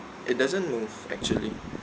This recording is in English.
it doesn't move actually